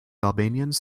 albanians